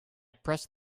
pressed